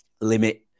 limit